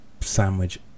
sandwich